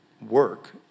work